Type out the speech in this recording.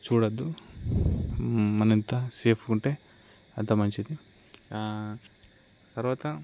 చూడవద్దు మనం ఎంత సేఫ్గా ఉంటే అంత మంచిది తర్వాత